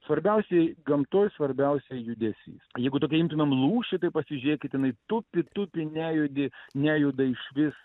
svarbiausiai gamtoj svarbiausia judesys jeigu tokią imtumėm lūšį tai pasižiūrėkit jinai tupi tupi nejudi nejuda išvis